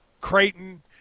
Creighton